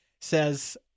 says